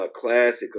classic